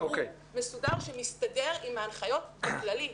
ברור ומסודר שמסתדר עם ההנחיות בכללים.